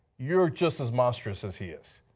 you're just as lustrous as he is.